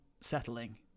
settling